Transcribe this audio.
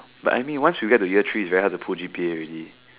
but I mean once you get to year three it's very hard to pull G_P_A already